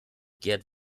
gerd